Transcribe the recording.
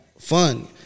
fun